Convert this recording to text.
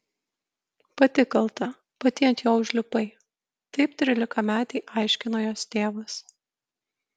pati kalta pati ant jo užlipai taip trylikametei aiškino jos tėvas